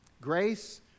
Grace